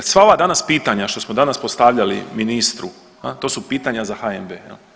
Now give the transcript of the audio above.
Jer sva ova danas pitanja što smo danas postavljali ministru, to su pitanja za HNB.